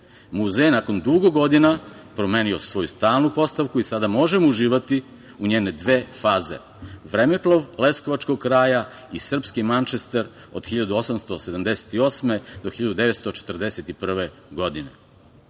Muzej, nakon dugo godina, promenio je svoju stalnu postavku i sada možemo uživati u njene dve faze - Vremeplov leskovačkog kraja i Srpski Mančester od 1878. do 1941. godine. Glumci